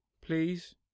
please